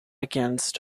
against